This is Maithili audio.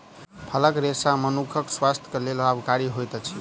फलक रेशा मनुखक स्वास्थ्य के लेल लाभकारी होइत अछि